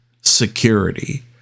security